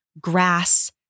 grass